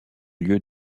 lieu